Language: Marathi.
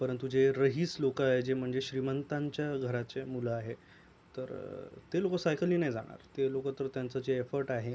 परंतु जे रईस लोकं आहे जे म्हणजे श्रीमंतांच्या घरचे मुलं आहे तर ते लोकं सायकलने नाही जाणार आहे ते लोकं तर त्यांचं जे एफर्ट आहे